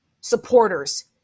supporters